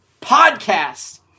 Podcast